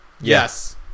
Yes